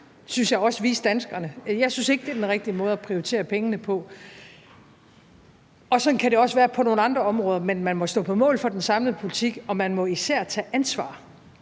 Jeg synes ikke, det er den rigtige måde at prioritere pengene på. Sådan kan det også være på nogle andre områder, men man må stå på mål for den samlede politik, og man må især tage ansvar